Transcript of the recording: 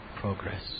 progress